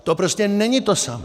To prostě není to samé!